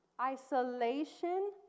Isolation